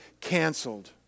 canceled